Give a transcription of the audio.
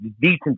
decent